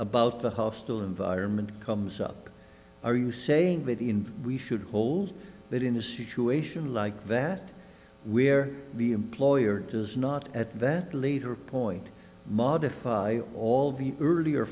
about the hostile environment comes up are you saying that even we should hold that in a situation like that we're the employer does not at that leader point modify all of the earlier